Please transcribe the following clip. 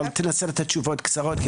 אבל תנסה לתת תשובות קצרות,